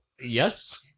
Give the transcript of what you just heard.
Yes